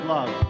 Love